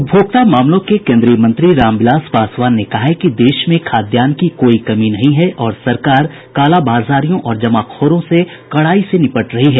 उपभोक्ता मामलों के केंद्रीय मंत्री राम विलास पासवान ने कहा है कि देश में खाद्यान्न की कोई कमी नहीं है और सरकार कालाबाजारियों और जमाखोरों से कड़ाई से निपट रही है